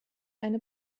eine